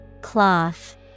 Cloth